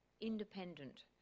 independent